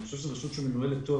אני חושב שזאת רשות שמנוהלת טוב.